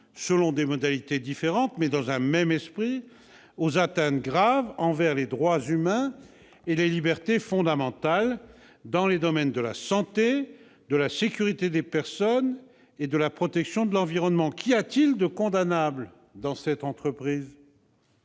selon des modalités différentes, mais dans un même esprit, aux atteintes graves envers les droits humains et les libertés fondamentales dans les domaines de la santé, de la sécurité des personnes et de la protection de l'environnement. Qu'y a-t-il de condamnable dans cette entreprise ?